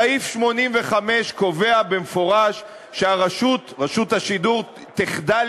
סעיף 85 קובע במפורש שרשות השידור תחדל